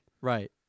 Right